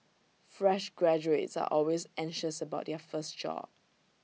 fresh graduates are always anxious about their first job